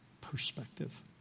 perspective